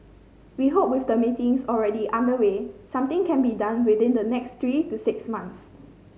we hope with the meetings already underway something can be done within the next three to six months